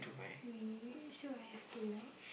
we sure have to like